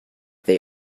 they